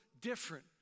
different